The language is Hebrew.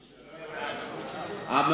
מה?